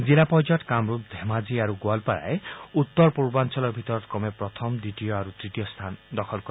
জিলা পৰ্যায়ত কামৰূপ ধেমাজী আৰু গোৱালপাৰাই উত্তৰ পূৰ্বাঞ্চলৰ ভিতৰত ক্ৰমে প্ৰথম দ্বিতীয় আৰু তৃতীয় স্থান দখল কৰে